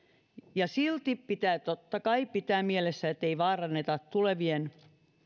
ja silti pitää totta kai pitää mielessä ettei vaaranneta tulevien